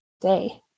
day